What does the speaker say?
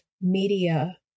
media